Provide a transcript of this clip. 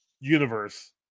universe